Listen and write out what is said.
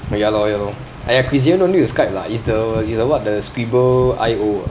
oh ya lor ya lor !aiya! quizarium don't need to skype lah it's the it's the what the skribblio ah